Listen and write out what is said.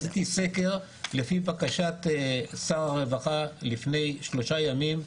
עשיתי סקר לפי בקשת שר הרווחה לפני שלושה ימים,